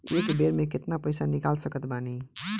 एक बेर मे केतना पैसा निकाल सकत बानी?